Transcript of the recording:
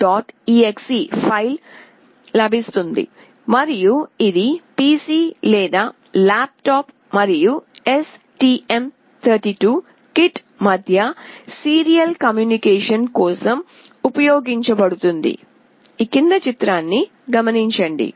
exe file లభిస్తుంది మరియు ఇది PC లేదా ల్యాప్టాప్ మరియు STM32 కిట్ మధ్య సీరియల్ కమ్యూనికేషన్ కోసం ఉపయోగించబడుతుంది